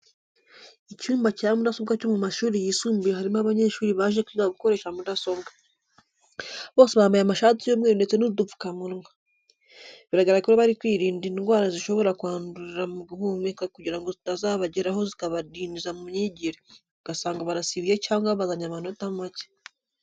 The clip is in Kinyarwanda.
Icyumba cya mudasobwa cyo mu mashuri yisumbuye harimo abanyeshuri baje kwiga gukoresha mudasobwa. Bose bambaye amashati y'umweru ndetse n'udupfukamunwa. Biragaragara ko bari kwirinda indwara zishobora kwandurira mu guhumeka kugira ngo zitazabageraho zikabadindiza mu myigire, ugasanga barasibiye cyangwa bazanye amanota make.